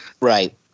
Right